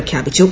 പ്രഖ്യാപിച്ചു